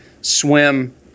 swim